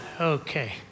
okay